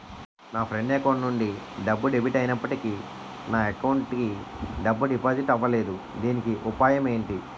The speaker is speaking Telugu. నా ఫ్రెండ్ అకౌంట్ నుండి డబ్బు డెబిట్ అయినప్పటికీ నా అకౌంట్ కి డబ్బు డిపాజిట్ అవ్వలేదుదీనికి ఉపాయం ఎంటి?